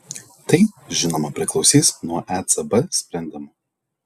tai žinoma priklausys nuo ecb sprendimo